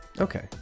okay